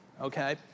okay